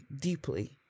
deeply